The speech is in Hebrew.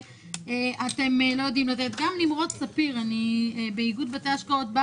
גם נמרוד ספיר מאיגוד בתי השקעות בא